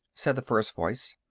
said the first voice.